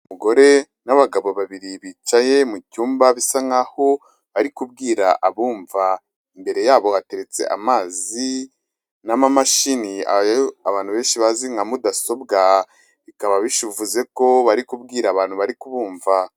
Umugore n'abagabo babiri bicaye mu cyumba bisa nk'aho bari kubwira abumva imbere yabo hateretse amazi n'amamashini ayo abantu benshi bazi nka mudasobwa, bikaba bivuze ko bari kubwira abantu bari kubumva.